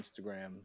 Instagram